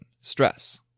stress